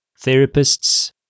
Therapists